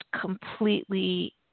completely